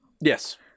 Yes